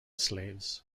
slaves